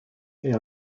elles